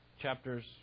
Chapters